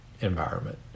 environment